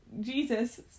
Jesus